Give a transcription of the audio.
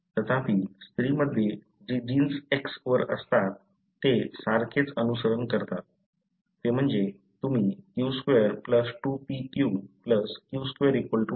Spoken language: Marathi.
तथापि स्त्रीमध्ये जी जीन्स X वर असतात ते सारखेच अनुसरण करतात ते म्हणजे तुम्ही q2 2pq q2 1